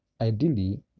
Ideally